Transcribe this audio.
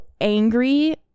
angry